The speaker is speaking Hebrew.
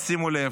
שימו לב: